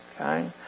Okay